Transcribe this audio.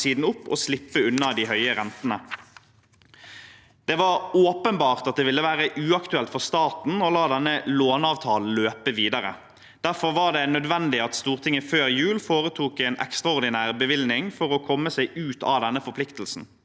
og slippe unna de høye rentene. Det var åpenbart at det ville være uaktuelt for staten å la denne låneavtalen løpe videre. Derfor var det nødvendig at Stortinget før jul foretok en ekstraordinær bevilgning for å komme seg ut av denne forpliktelsen.